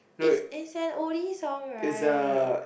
is is an oldie song right